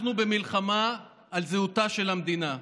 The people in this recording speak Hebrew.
אנחנו במלחמה על זהותה של המדינה.